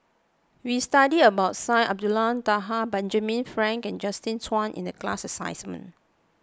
we studied about Syed Abdulrahman Taha Benjamin Frank and Justin Zhuang in the class assignment